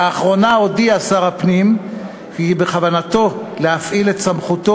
לאחרונה הודיע שר הפנים כי בכוונתו להפעיל את סמכותו